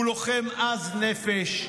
הוא לוחם עז נפש,